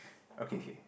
okay okay